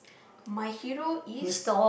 my hero is